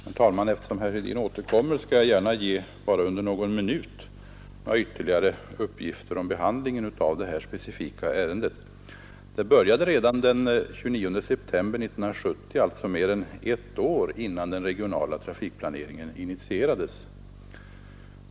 Herr talman! Eftersom herr Hedin nu återkommer till frågan vill jag under några minuter lämna en del ytterligare uppgifter om behandlingen av detta specifika ärende. Det började redan den 29 september 1970, alltså mer än ett år innan den regionala trafikplaneringen initierades.